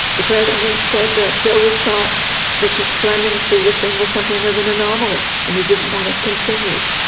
the president said that he always thought mrs fleming's position was something of an anomaly, and he didn't want it continued.